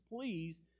please